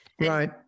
Right